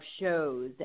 shows